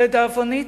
לדאבוני,